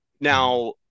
Now